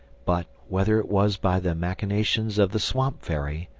but, whether it was by the machinations of the swamp-fairy,